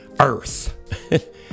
Earth